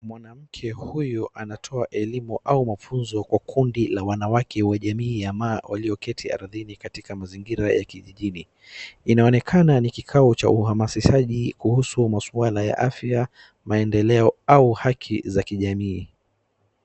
Mwanamke huyu anatoa elimu au mafunzo kwa kundi la wanawake wa jamii ya maa walioketi ardhini katika mazingira ya kijijini. Inaonekana ni kikao cha uhamasishaji kuhusu maswala ya afya, maendeleo au haki za jamii.